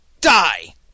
die